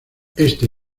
este